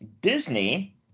Disney